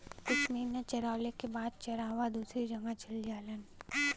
कुछ महिना चरवाले के बाद चरवाहा दूसरी जगह चल जालन